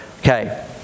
Okay